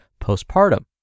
postpartum